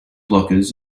blockers